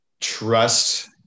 trust